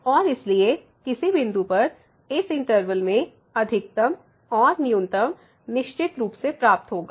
और इसलिए किसी बिंदु पर इस इनटर्वल में अधिकतम और न्यूनतम निश्चित रूप से प्राप्त होगा